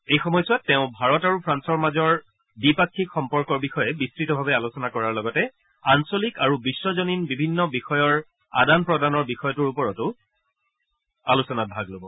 এই সময়ছোৱাত তেওঁ ভাৰত আৰু ফ্ৰান্সৰ মাজত থকা দ্বিপাক্ষিক সম্বন্ধৰ বিষয়ে বহুলভাৱে আলোচনা কৰাৰ লগতে আঞ্চলিক আৰু বিশ্বজনীন বিভিন্ন বিষয়সমূহৰ আদান প্ৰদানৰ বিষয়টোৰ ওপৰতো আলোচনা কৰিব